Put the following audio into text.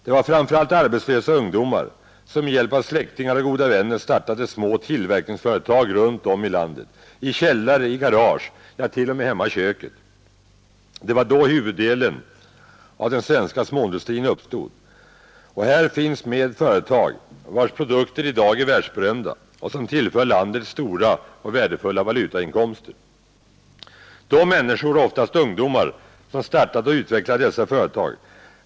Det var framför allt arbetslösa ungdomar, som med hjälp av släktingar och goda vänner startade små tillverkningsföretag runt om i landet i källare, i garage, ja, t.o.m. hemma i köket. Det var då huvuddelen av den svenska småindustrin uppstod, och här finns med företag vilkas produkter i dag är världsberömda och tillför landet stora och värdefulla valutainkomster. De människor, oftast ungdomar, som startade och utvecklade dessa företag.